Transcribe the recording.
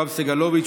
יואב סגלוביץ',